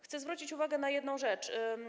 Chcę zwrócić uwagę na jedną rzecz.